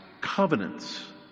covenants